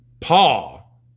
Paul